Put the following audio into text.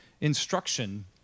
instruction